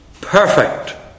perfect